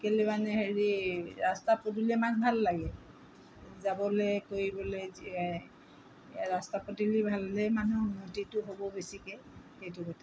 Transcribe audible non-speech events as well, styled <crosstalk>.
কেলৈ মানে হেৰি ৰাস্তা পদূলি আমাক ভাল লাগে যাবলৈ কৰিবলৈ <unintelligible> ৰাস্তা পদূলি ভাল হ'লেই মানুহৰ উন্নতিটো হ'ব বেছিকৈ সেইটো কথা